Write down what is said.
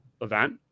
event